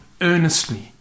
earnestly